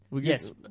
Yes